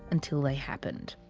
until they happened.